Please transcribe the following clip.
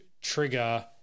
trigger